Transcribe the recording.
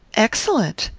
excellent!